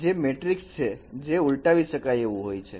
કે જે એક ચોરસ મેટ્રિક છે જે ઉલટાવી શકાય એવું હોય છે